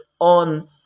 on